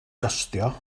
costio